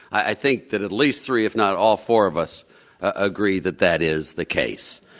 i think that at least three if not all four of us agree that that is the case.